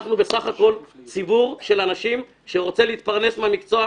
אנחנו בסך הכול ציבור של אנשים שרוצה להתפרנס מהמקצוע.